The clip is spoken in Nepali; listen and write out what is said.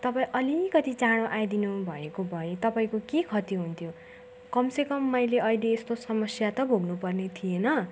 तपाईँ अलिकति चाँडो आइदिनु भएको भए तपाईँको के खति हुन्थ्यो कमसेकम मैले अहिले यस्तो समस्या त भोग्नुपर्ने थिएन